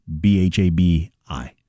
B-H-A-B-I